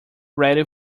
ready